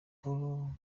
nkuru